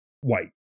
white